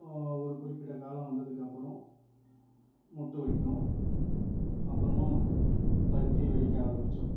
ஒரு குறிப்பிட்ட காலம் வந்ததுக்கு அப்புறம் மொட்டு வைக்கும் அப்புறமா வந்து பருத்தி வெடிக்க ஆரம்பிச்சிடும்